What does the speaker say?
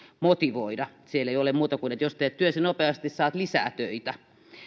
motivoida siellä ei ole muuta kuin sitä että jos teet työsi nopeasti saat lisää töitä